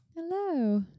Hello